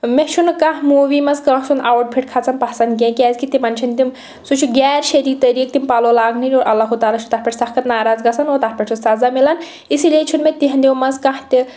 مےٚ چھُنہٕ کانٛہہ موٗوی منٛز کٲنٛسہِ سُنٛد آوُٹفِٹ کھسان پَسنٛد کینٛہہ کیازِکہ تِمن چھِنہٕ تِم سُہ چھُ غیر شرعی طریٖق تِم پلو لاگنہٕ یِوان اللہُ تعالیٰ چھُ تَتھ پٮ۪ٹھ سخت ناراض گژھان اور تَتھ پٮ۪ٹھ چھِ سزا مِلان اسی لیے چھِنہٕ مےٚ تِہنٛدیو منٛز کانٛہہ تہِ